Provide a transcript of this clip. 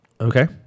Okay